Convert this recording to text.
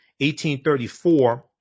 1834